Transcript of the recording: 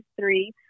three